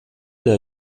der